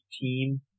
team